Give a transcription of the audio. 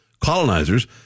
Colonizers